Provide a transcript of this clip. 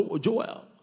Joel